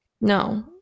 no